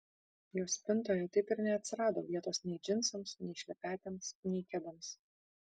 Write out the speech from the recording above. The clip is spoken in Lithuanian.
jos spintoje taip ir neatsirado vietos nei džinsams nei šlepetėms nei kedams